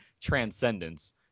Transcendence